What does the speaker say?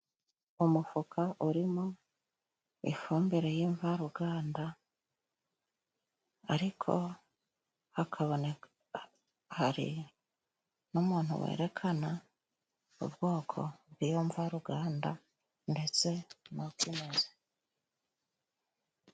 Umufuka urimo ifumbire y'imvaruganda ,ariko hakabone hari n'umuntu werekana ubwoko bw'iyo mvaruganda ndetse n'ico imaze.